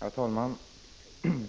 Herr talman!